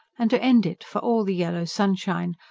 and to end it, for all the yellow sunshine,